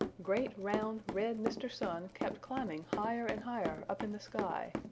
great round, red mr. sun kept climbing higher and higher up in the sky,